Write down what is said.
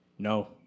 No